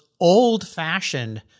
old-fashioned